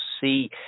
see